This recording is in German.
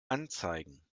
anzeigen